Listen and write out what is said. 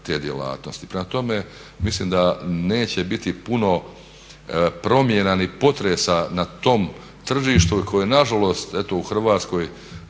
te djelatnosti. Prema tome, mislim da neće biti puno promjena ni potresa na tom tržištu koje nažalost eto u Hrvatskoj